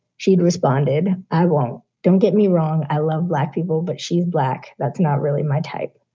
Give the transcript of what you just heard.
she'd responded, i won't. don't get me wrong. i love black people. but she's black. that's not really my type.